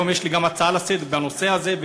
היום גם יש לי הצעה לסדר-היום בנושא הזה,